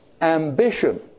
ambition